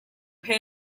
pay